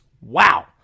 Wow